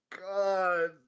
God